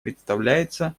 представляется